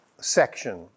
section